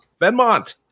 Benmont